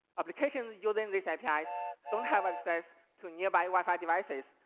applications using these apis don't have access to nearby wi-fi devices,